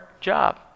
job